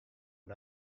and